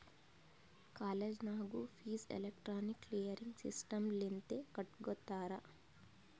college ನಾಗೂ fees electronic clearing system ಲಿಂತೆ ಕಟ್ಗೊತ್ತಾರ್